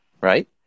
Right